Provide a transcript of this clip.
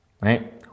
right